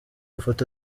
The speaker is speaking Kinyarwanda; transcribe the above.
ifoto